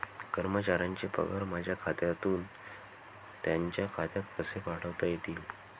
कर्मचाऱ्यांचे पगार माझ्या खात्यातून त्यांच्या खात्यात कसे पाठवता येतील?